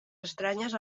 estranyes